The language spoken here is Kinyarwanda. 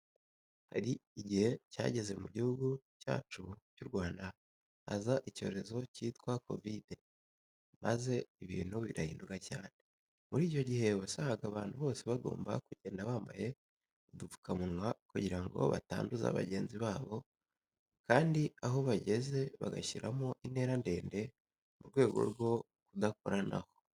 Hari igihe cyageze mu gihugu cyacu cy'u Rwanda haza icyorezo cyitwa kovide maze ibintu birahinduka cyane. Muri icyo gihe wasangaga abantu bose bagomba kugenda bambaye udupfukamunwa kugira ngo batanduza bagenzi babo kandi aho bahagaze bagashyiramo intera ndende mu rwego rwo kudakoranaho.